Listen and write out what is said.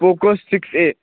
poco six a